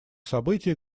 события